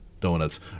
Donuts